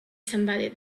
somebody